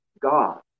God